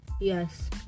Yes